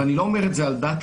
ואני לא אומר את זה על דעתי,